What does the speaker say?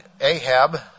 Ahab